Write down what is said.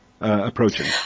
approaching